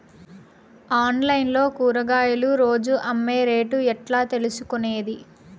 Online లో కూరగాయలు రోజు అమ్మే రేటు ఎట్లా తెలుసుకొనేది?